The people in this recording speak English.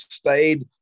stayed